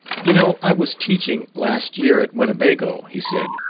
you know i was teaching, last year, at winnebago, he said.